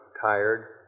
tired